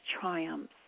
triumphs